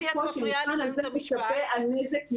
הוא משפה על נזק מוכח.